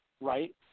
Right